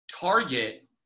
Target